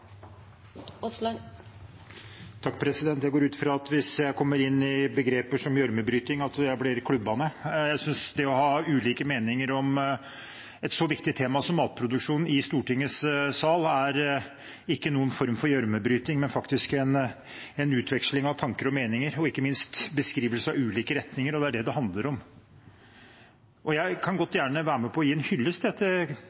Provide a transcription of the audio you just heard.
Jeg går ut fra at jeg, hvis jeg kommer med begreper som gjørmebryting, blir klubbet ned. Jeg synes det å ha ulike meninger i stortingssalen om et så viktig tema som matproduksjon ikke er noen form for gjørmebryting, men faktisk en utveksling av tanker og meninger og ikke minst beskrivelse av ulike retninger. Det er det det handler om. Jeg kan